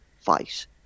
fight